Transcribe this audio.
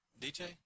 DJ